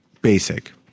Basic